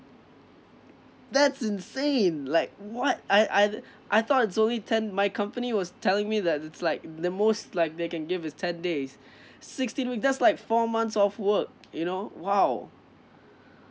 that's insane like what I I I thought it's only ten my company was telling me that it's like the most like they can give is ten days sixteen week that's like four months off work you know !wow!